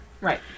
Right